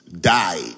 died